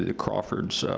ah crawford's.